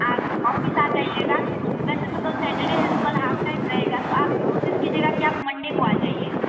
आप ऑफिस आ जाएगा वैसे तो कल सेटरडे है तो कल हाफ़ टाइम रहेगा तो आप कोशिश कीजिएगा कि आप मंडे को आ जाइए